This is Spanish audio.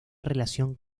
relación